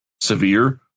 severe